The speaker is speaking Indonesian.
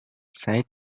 saya